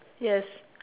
yes